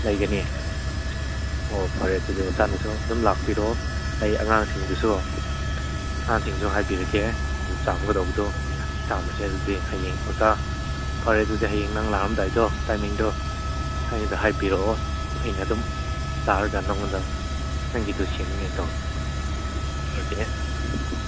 ꯂꯩꯒꯅꯤ ꯑꯣ ꯐꯔꯦ ꯑꯗꯨꯗꯤ ꯑꯣꯖꯥꯅꯁꯨ ꯑꯗꯨꯝ ꯂꯥꯛꯄꯤꯔꯣ ꯑꯩ ꯑꯉꯥꯡꯁꯤꯡꯗꯁꯨ ꯑꯉꯥꯡꯁꯤꯡꯁꯨ ꯍꯥꯏꯕꯤꯔꯒꯦ ꯑꯗꯨ ꯆꯥꯝꯒꯗꯧꯕꯗꯣ ꯆꯥꯝꯃꯁꯦ ꯑꯗꯨꯗꯤ ꯍꯌꯦꯡ ꯑꯣꯖꯥ ꯐꯔꯦ ꯑꯗꯨꯗꯤ ꯍꯌꯦꯡ ꯅꯪ ꯂꯥꯛꯑꯝꯗꯥꯏꯗꯣ ꯇꯥꯏꯃꯤꯡꯗꯣ ꯑꯩꯉꯣꯟꯗ ꯍꯥꯏꯕꯤꯔꯛꯑꯣ ꯑꯩꯅ ꯑꯗꯨꯝ ꯂꯥꯛꯑꯒ ꯅꯪꯉꯣꯟꯗ ꯅꯪꯒꯤꯗꯣ ꯁꯦꯡꯒꯦ ꯇꯧꯅꯦ ꯑꯗꯨꯑꯣꯏꯔꯗꯤ